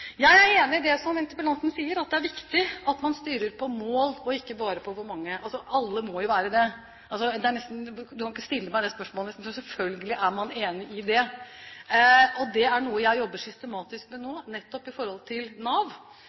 Jeg er enig i det som interpellanten sier – at det er viktig at man styrer på mål. Alle må jo være det. Det går nesten ikke an å stille det spørsmålet, for selvfølgelig er man enige i det. Det er noe jeg jobber systematisk med nå, nettopp i forhold til Nav